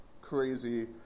crazy